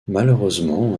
malheureusement